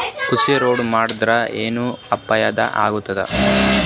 ಕೃಷಿ ಹೊಂಡಾ ಮಾಡದರ ಏನ್ ಫಾಯಿದಾ ಆಗತದ?